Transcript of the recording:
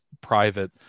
private